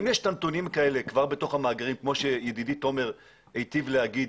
אם יש את הנתונים האלה כבר בתוך המאגרים כמו שידידי תומר היטיב להגיד,